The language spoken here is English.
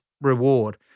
reward